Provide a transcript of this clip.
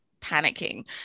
panicking